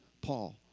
Paul